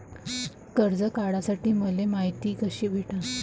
कर्ज काढासाठी मले मायती कशी भेटन?